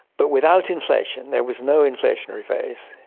but without inflation, there was no inflationary phase,